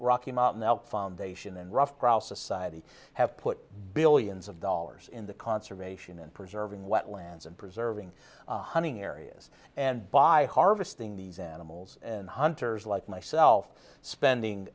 rocky mountain out foundation and ruffed grouse society have put billions of dollars in the conservation and preserving wetlands and preserving hunting areas and by harvesting these animals and hunters like myself spending